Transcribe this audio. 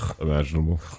Imaginable